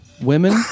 women